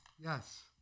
Yes